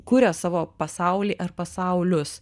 kuria savo pasaulį ar pasaulius